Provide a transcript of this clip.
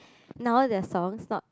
now their songs not